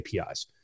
APIs